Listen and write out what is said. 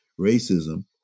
racism